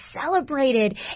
celebrated